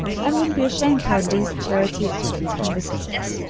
and wouldn't be ashamed to have these charity experts come visiting us.